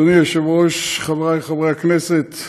אדוני היושב-ראש, חבריי חברי הכנסת,